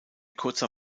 kurzer